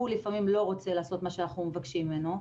הוא לפעמים לא רוצה לעשות מה שאנחנו מבקשים ממנו.